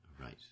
Right